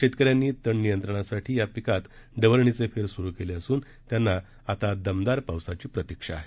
शेतकऱ्यांनी तण नियंत्रणासाठी या पिकात डवरणीचे फेर सुरु केले असून त्यांना आता दमदार पावसाची प्रतिक्षा आहे